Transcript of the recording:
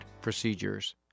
procedures